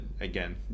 again